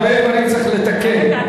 הרבה דברים צריך לתקן,